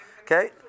Okay